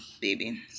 baby